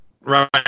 Right